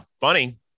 Funny